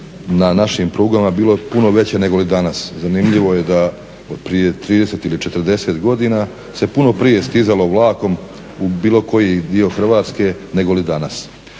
na našim prugama bile puno veće nego li danas. Zanimljivo je da prije 30 ili 40 godina se puno prije stizalo vlakom u bilo koji dio Hrvatske nego li danas.